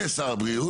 ושר הבריאות.